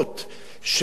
שביום אחד,